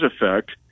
effect